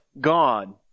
God